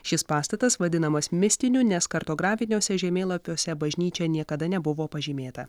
šis pastatas vadinamas mistiniu nes kartografiniuose žemėlapiuose bažnyčia niekada nebuvo pažymėta